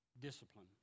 discipline